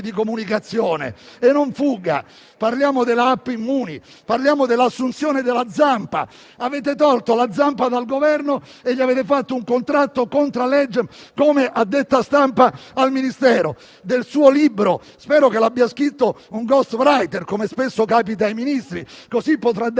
di comunicazione. Non fugga. Parliamo della *app* Immuni, parliamo dell'assunzione della Zampa. Avete tolto la Zampa dal Governo e gli avete fatto un contratto *contra legem* come addetta stampa al Ministero. Rispetto al suo libro, spero che l'abbia scritto un *ghostwriter*, come spesso capita ai Ministri, così potrà dare